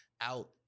out